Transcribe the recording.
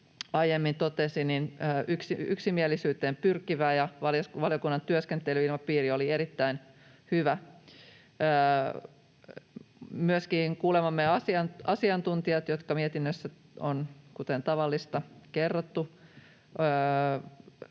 aiemmin totesi, että se oli yksimielisyyteen pyrkivää, ja valiokunnan työskentelyilmapiiri oli erittäin hyvä. Myöskin kuulemamme asiantuntijat, jotka mietinnössä on kerrottu,